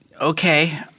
Okay